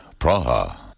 Praha